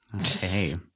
Okay